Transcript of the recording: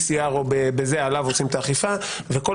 ב-PCR עליו עושים את האכיפה ולגבי כל